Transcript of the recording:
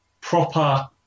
proper